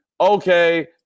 okay